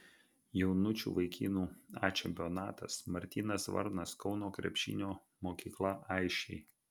jaunučių vaikinų a čempionatas martynas varnas kauno krepšinio mokykla aisčiai